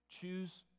Choose